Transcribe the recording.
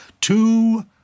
two